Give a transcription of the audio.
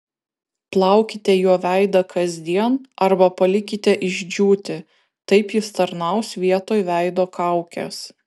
plaukite juo veidą kasdien arba palikite išdžiūti taip jis tarnaus vietoj veido kaukės